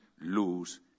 lose